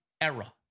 era